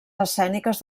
escèniques